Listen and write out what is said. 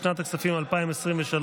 לשנת הכספים 2023,